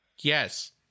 Yes